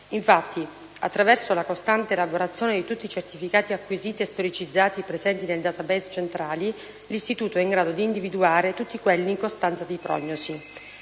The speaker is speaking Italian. Infatti, attraverso la costante elaborazione di tutti i certificati acquisiti e storicizzati presenti nei *database* centrali, l'istituto è in grado di individuare tutti quelli in costanza di prognosi.